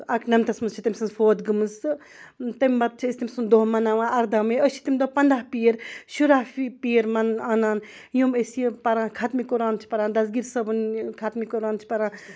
اَکہٕ نَمتَس منٛز چھِ تٔمۍ سٕنٛز فوت گٔمٕژ تہٕ تمہِ پَتہٕ چھِ أسۍ تٔمۍ سُنٛد دۄہ مَناوان اَرداہ مے أسۍ چھِ تمہِ دۄہ پنٛداہ پیٖر شُراہ فہِ پیٖر مَن اَنان یِم أسۍ یہِ پَران ختمہِ قُران چھِ پَران دَسہٕ گیٖر صٲبُن ختمہِ قُران چھِ پَران